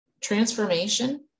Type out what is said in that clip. transformation